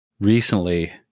recently